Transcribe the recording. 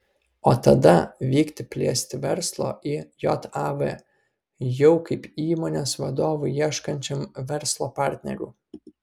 o tada vykti plėsti verslo į jav jau kaip įmonės vadovui ieškančiam verslo partnerių